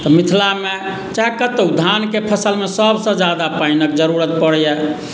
मिथिलामे चाहे कतहु धानके फसलमे सभसँ ज्यादा पानिक जरूरत पड़ैए